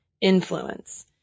influence